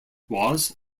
was